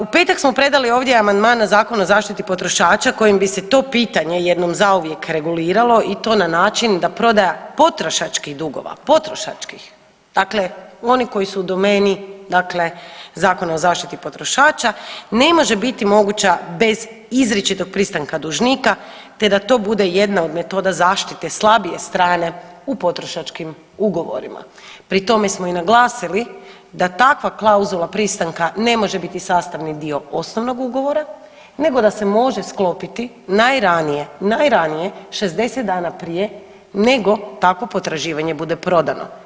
U petak smo predali ovdje amandman na Zakon o zaštiti potrošača kojim bi se to pitanje jednom zauvijek reguliralo i to na način da prodaja potrošačkih dugova, potrošačkih, dakle onih koji su domeni dakle Zakona o zaštiti potrošača ne može biti moguća bez izričitog pristanka dužnika te da to bude jedna od metoda zaštite slabije strane u potrošačkim ugovorima pri tome smo i naglasili da takva klauzula pristanka ne može biti sastavni dio osnovnog ugovora nego da se može sklopiti najranije, najranije 60 dana prije nego takvo potraživanje bude prodano.